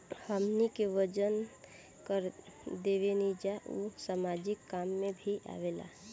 हमनी के जवन कर देवेनिजा उ सामाजिक काम में भी आवेला